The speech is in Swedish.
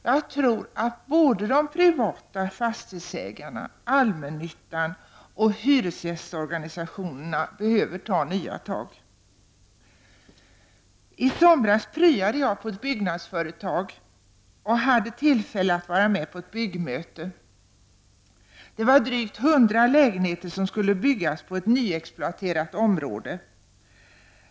Jag tror att både de privata fastighetsägarna, allmännyttan och hyresgästorganisationerna behöver ta nya tag. I somras ''pryade'' jag på ett byggnadsföretag och hade då tillfälle att vara med på ett byggmöte. Det var drygt 100 lägenheter som skulle byggas på ett nyexploaterat område.